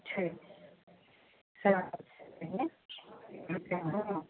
छै हँ